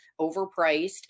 overpriced